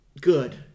good